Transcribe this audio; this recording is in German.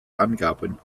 angaben